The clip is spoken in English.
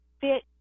fit